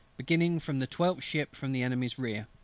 beginning from the twelfth ship from the enemy's rear.